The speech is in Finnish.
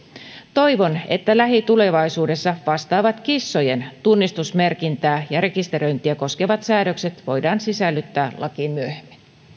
toivon että myöhemmin lähitulevaisuudessa vastaavat kissojen tunnistusmerkintää ja rekisteröintiä koskevat säädökset voidaan sisällyttää lakiin myöhemmin